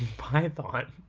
python